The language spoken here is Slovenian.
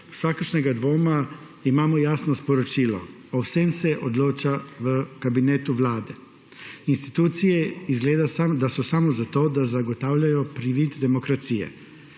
vsakršnega dvoma imamo jasno sporočilo. O vsem se odloča v kabinetu Vlade. Institucije so izgleda samo zato, da zagotavljajo privid demokracije.